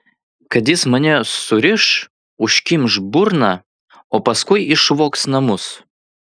kad jis mane suriš užkimš burną o paskui išvogs namus